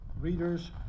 readers